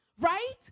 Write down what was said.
right